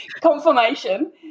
Confirmation